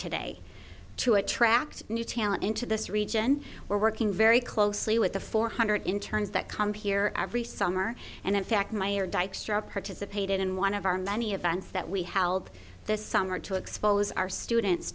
today to attract new talent into this region we're working very closely with the four hundred in terms that come here every summer and in fact my year dykstra participated in one of our many events that we held this summer to expose our students